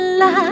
la